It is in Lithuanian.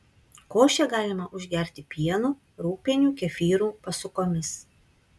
košę galima užgerti pienu rūgpieniu kefyru pasukomis